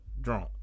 drunk